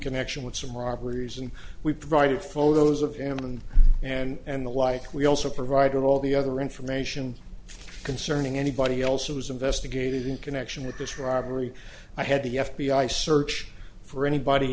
connection with some robberies and we provided photos of him and and the like we also provided all the other information concerning anybody else who was investigated in connection with this robbery i had the f b i search for anybody